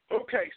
Okay